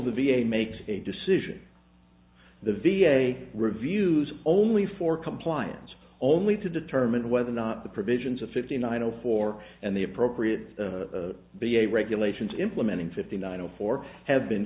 the v a makes a decision the v a reviews only for compliance only to determine whether or not the provisions of fifty nine o four and the appropriate to be a regulations implementing fifty nine zero four have been